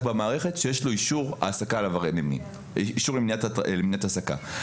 במערכת יש לו אישור העסקה למניעת העסקה.